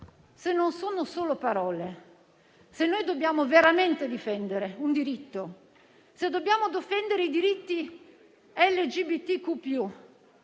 se non sono solo parole, se noi dobbiamo veramente difendere un diritto, se dobbiamo difendere i diritti LGBTQ